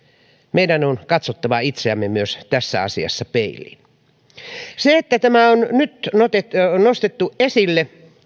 meidän on katsottava itseämme myös tässä asiassa peilistä se että tämä on nyt nostettu esille